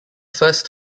first